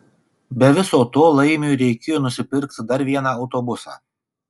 be viso to laimiui reikėjo nusipirkit dar vieną autobusą